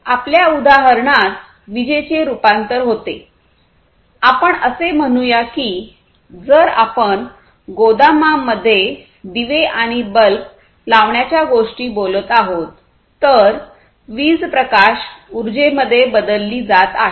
आपल्या उदाहरणात विजेचे रूपांतर होते आपण असे म्हणूया की जर आपण गोदामांमध्ये दिवे आणि बल्ब लावण्याच्या गोष्टी बोलत आहोत तर वीज प्रकाश उर्जेमध्ये बदलली जात आहे